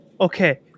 okay